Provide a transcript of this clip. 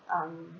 um